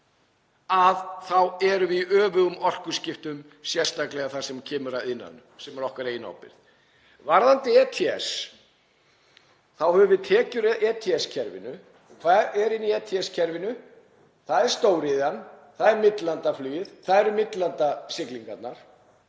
Þá erum við í öfugum orkuskiptum, sérstaklega þar sem kemur að iðnaðinum sem er á okkar eigin ábyrgð. Varðandi ETS þá höfum við tekjur af því kerfi. Og hvað er inni í ETS-kerfinu? Það er stóriðjan, það er millilandaflugið, það eru millilandasiglingar.